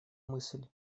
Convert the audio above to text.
мысль